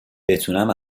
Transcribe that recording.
بتونم